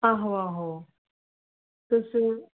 आहो आहो तुस